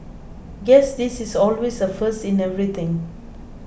guess this is always a first in everything